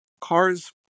cars